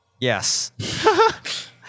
Yes